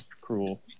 cruel